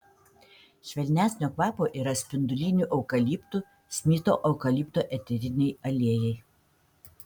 švelnesnio kvapo yra spindulinių eukaliptų smito eukalipto eteriniai aliejai